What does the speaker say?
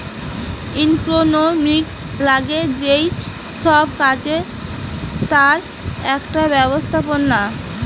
economics লাগে যেই সব কাজে তার একটা ব্যবস্থাপনা